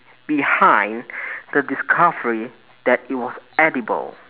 behind the discovery that it was edible